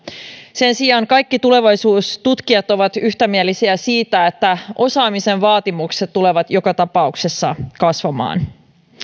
sen sijaan kaikki tulevaisuustutkijat ovat yhtämielisiä siitä että osaamisen vaatimukset tulevat joka tapauksessa kasvamaan